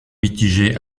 mitigée